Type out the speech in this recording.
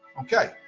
Okay